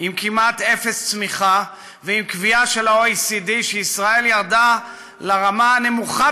עם כמעט אפס צמיחה ועם קביעה של ה-OECD שישראל ירדה לרמה הנמוכה